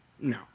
no